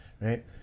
right